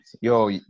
Yo